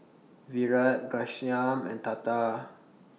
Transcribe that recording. Virat Ghanshyam and Tata